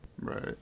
Right